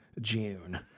June